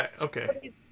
okay